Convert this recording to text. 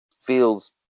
feels